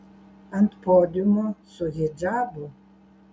ant podiumo su hidžabu